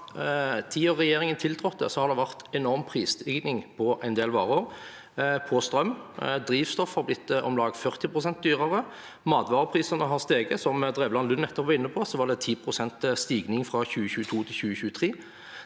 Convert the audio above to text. tid regjeringen tiltrådte, har det vært en enorm prisstigning på en del varer: strøm, drivstoff har blitt om lag 40 pst. dyrere, matvareprisene har steget – som Drevland Lund nettopp var inne på, var det 10 pst. stigning fra 2022 til 2023.